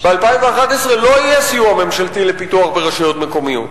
ב-2011 לא יהיה סיוע ממשלתי לפיתוח ברשויות מקומיות.